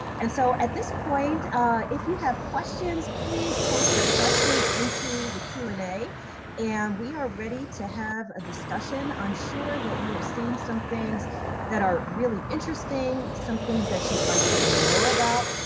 and so at this point if you have questions please post your questions into the q and a and we are ready to have a discussion. i'm sure that you have seen some things that are really interesting some things that you'd like to learn more about,